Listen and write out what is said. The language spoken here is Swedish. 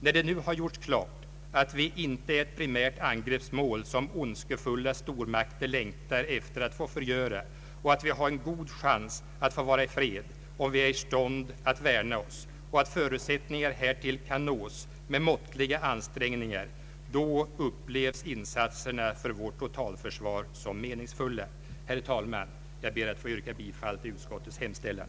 När det nu har gjorts klart att vi inte är ett primärt angreppsmål som ondskefulla stormakter längtar efter att få förgöra och att vi har en god chans att få vara i fred, om vi är i stånd att värna oss, samt att förutsättningar härtill kan nås med måttliga ansträngningar, då upplevs insatserna för vårt totalförsvar som meningsfulla. Herr talman! Jag ber att få yrka bifall till utskottets hemställan.